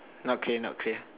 not clear not clear